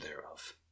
thereof